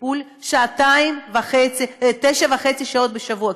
לטיפול 9.5 שעות בשבוע.